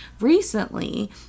Recently